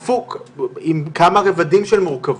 עם כמה רבדים של מורכבות,